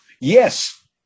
yes